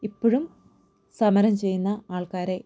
ഇപ്പഴും സമരം ചെയ്യുന്ന ആൾക്കാരെ